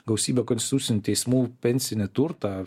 gausybė konstitucinių teismų pensinį turtą